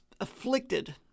afflicted